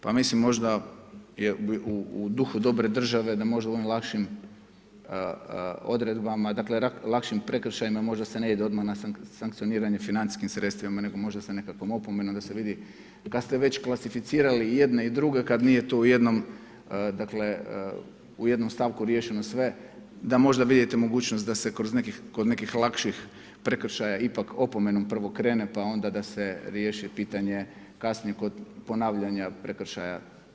Pa mislim možda u duhu dobre države, da možemo u ovim lakšim odredbama, dakle, lakšim prekršajima, možda se ne ide odmah na sankcioniranje financijskim sredstvima, nego možda sa nekakvom opomenom, da se vidi, kad ste već klasificirali i jedne i druge kad nije tu u jednom stavku riješeno sve, da možda vidite mogućnost da se kod nekih lakših prekršaja ipak opomenom prvo krene pa onda da se riješi pitanje, kasnije kod ponavljanja prekršaja.